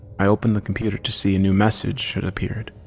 i opened the computer to see a new message had appeared.